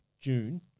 June